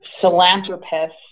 philanthropist